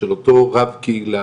של אותו רב קהילה,